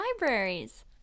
Libraries